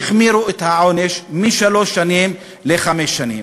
והחמירו את העונש משלוש שנים לחמש שנים.